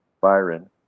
Byron